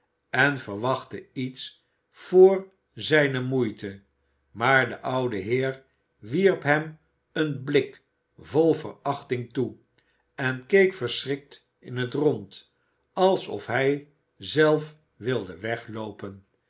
en verwachtte iets voor zijne moeite maar de oude heer wierp hem een blik vol verachting toe en keek verschrikt in t rond alsof hij zelf wilde wegloopen